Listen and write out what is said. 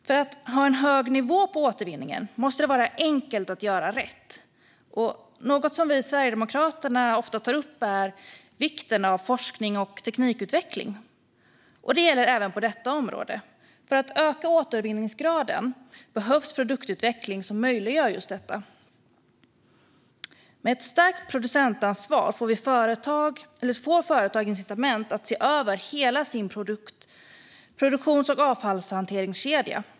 För att ha en hög nivå av återvinning måste det vara enkelt att göra rätt. Något vi från Sverigedemokraterna ofta tar upp är vikten av forskning och teknikutveckling, och det gäller även på detta område. För att öka återvinningsgraden behövs produktutveckling som möjliggör detta. Med ett starkt producentansvar får företag incitament att se över hela sin produktions och avfallshanteringskedja.